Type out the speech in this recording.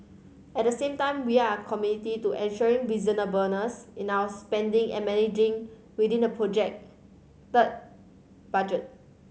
at the same time we are committed to ensuring reasonableness in our spending and managing within the projected budget